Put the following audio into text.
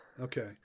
Okay